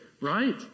right